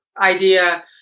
idea